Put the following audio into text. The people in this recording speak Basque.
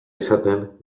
izaten